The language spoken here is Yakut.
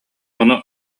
ону